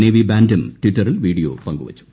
navy ബാൻഡും ടിറ്ററിൽ video പങ്കുവച്ചു